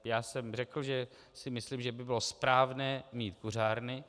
Já jsem řekl, že si myslím, že by bylo správné mít kuřárny.